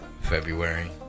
February